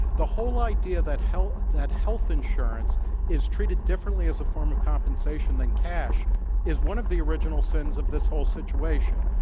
the whole idea that health that health insurance is treated differently as a form of compensation than cash is one of the original sins of this whole situation.